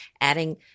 adding